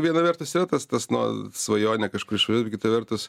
viena vertus yra tas tas nu svajonė kažkur išvažiuot kita vertus